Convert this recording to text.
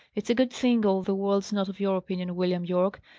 it's a good thing all the world's not of your opinion, william yorke!